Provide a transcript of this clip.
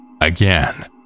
again